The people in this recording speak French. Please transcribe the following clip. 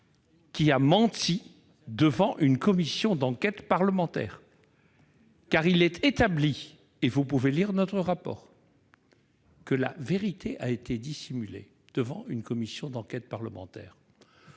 qui a menti devant une commission d'enquête parlementaire. Il est en effet établi- il suffit de lire notre rapport -que la vérité a été dissimulée devant une commission d'enquête. Notre